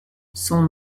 son